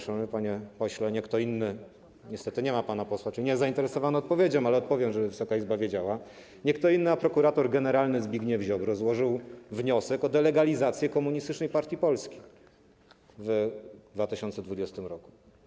Szanowny panie pośle - niestety nie ma pana posła, czyli nie jest zainteresowany odpowiedzią, ale odpowiem, żeby Wysoka Izba wiedziała - nie kto inny niż prokurator generalny Zbigniew Ziobro złożył wniosek o delegalizację Komunistycznej Partii Polski w 2020 r.